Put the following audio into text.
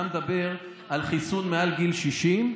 אתה מדבר על חיסון מעל גיל 60,